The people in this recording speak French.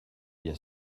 bien